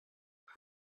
vous